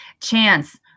Chance